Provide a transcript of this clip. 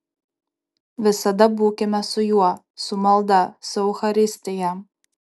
visada būkime su juo su malda su eucharistija